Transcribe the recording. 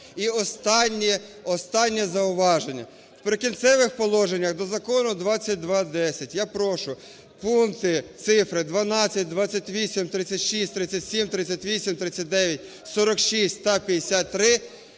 І останнє…останнє зауваження. В "Прикінцевих положеннях" до закону 2210 я прошу пункти, цифри 12, 28, 36, 37, 38, 39, 46 та 53